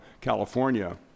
California